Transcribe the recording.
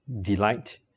delight